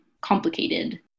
complicated